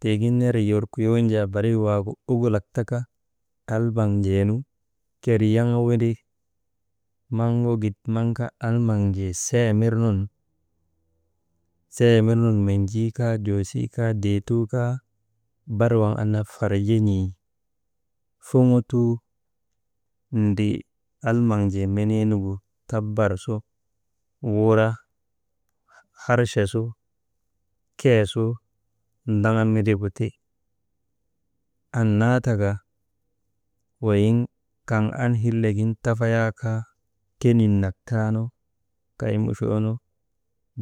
Tiigin ner yeer kuyoon jaa barik waagu ojulok taka almaŋjee nu keri yaŋa windri, maŋ wekit maŋ kaa almaŋjee see mirnun, see mirnun nenjii kaa, joosii kaa, deetuu kaa bar waŋ annaa farjin̰ii foŋotuu ndrii almaŋjee menii nugu tabbar su, wura, archa su, keesu ndaŋa mindrigu ti. Annaa taka weyiŋ kaŋ an hillek gin tafayaa kaa kenin nak taanu kay muchoonu